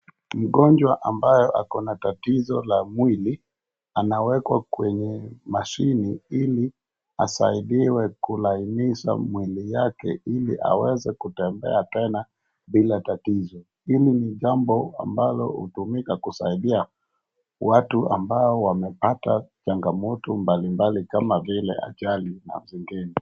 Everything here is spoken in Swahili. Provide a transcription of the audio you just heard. Mgonjwa ambaye ako na tatizo la mwili anawekwa kwenye mashine ili asaidiwe kulainisha mwili yake ili aweze kutembea tena bila tatizo. Hili ni jambo ambalo hutumika kusaidia watu ambao wamepata changamoto kama vile ajali na zingine.